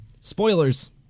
Spoilers